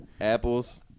apples